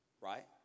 right